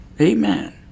Amen